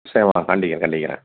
சரிம்மா கண்டிக்கிறேன் கண்டிக்கிறேன்